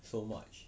so much